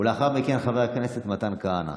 ולאחר מכן, חבר הכנסת מתן כהנא.